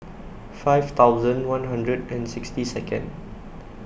five thousand one hundred and sixty Second